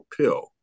pill